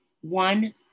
One